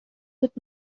wird